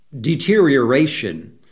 deterioration